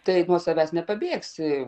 tai nuo savęs nepabėgsi